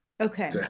Okay